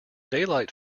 daylight